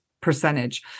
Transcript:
percentage